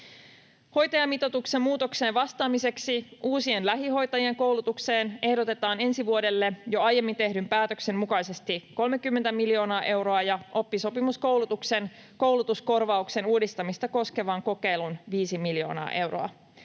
Hoitajamitoituksen muutokseen vastaamiseksi uusien lähihoitajien koulutukseen ehdotetaan ensi vuodelle jo aiemmin tehdyn päätöksen mukaisesti 30 miljoonaa euroa ja oppisopimuskoulutuksen koulutuskorvauksen uudistamista koskevaan kokeiluun viisi miljoonaa euroa.